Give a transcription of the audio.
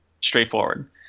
Straightforward